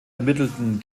ermittelten